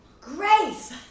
grace